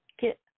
get